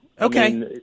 Okay